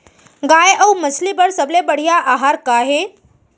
गाय अऊ मछली बर सबले बढ़िया आहार का हे?